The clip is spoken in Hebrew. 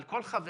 על כל חבריה,